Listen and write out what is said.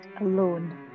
Alone